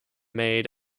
made